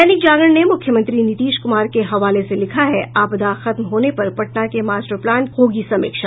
दैनिक जागरण ने मुख्यमंत्री नीतीश कुमार के हवाले से लिखा है आपदा खत्म होने पर पटना के मास्टर प्लान की होगी समीक्षा